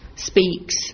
speaks